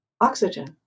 Oxygen